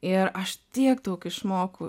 ir aš tiek daug išmokau